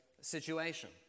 situation